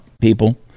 people